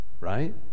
Right